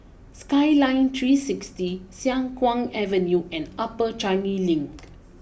Skyline three sixty Siang Kuang Avenue and Upper Changi Link